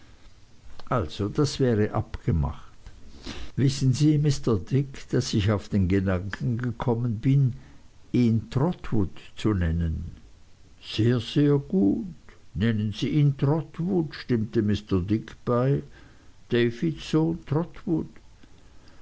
also das wäre abgemacht wissen sie mr dick daß ich auf den gedanken gekommen bin ihn trotwood zu nennen sehr gut sehr gut nennen sie ihn trotwood stimmte mr dick bei davids